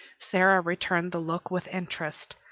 sara returned the look with interest.